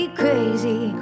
crazy